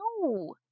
no